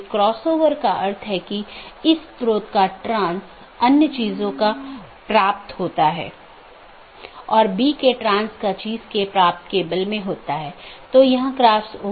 एक गैर मान्यता प्राप्त ऑप्शनल ट्रांसिटिव विशेषता के साथ एक पथ स्वीकार किया जाता है और BGP साथियों को अग्रेषित किया जाता है